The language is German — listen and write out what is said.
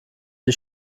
die